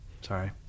Sorry